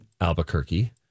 albuquerque